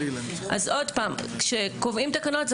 כשקובעים תקנות,